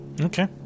Okay